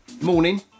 Morning